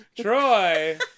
Troy